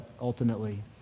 ultimately